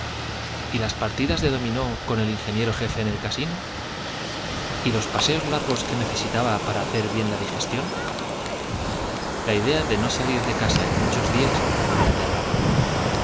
y las partidas de dominó con el ingeniero jefe en el casino y los paseos largos que necesitaba para hacer bien la digestión la idea de no salir de casa en muchos días le aterraba